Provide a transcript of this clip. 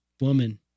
woman